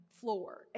floor